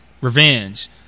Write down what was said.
revenge